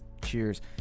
cheers